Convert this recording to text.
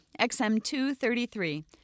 XM233